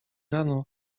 rano